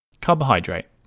Carbohydrate